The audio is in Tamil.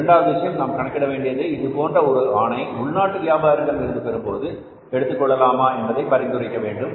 இரண்டாவது விஷயம் நாம் கணக்கிட வேண்டியது இதேபோன்ற ஒரு ஆணை உள்நாட்டு வியாபாரியிடம் இருந்து பெறும்போது எடுத்துக்கொள்ளலாமா என்பதை பரிந்துரைக்க வேண்டும்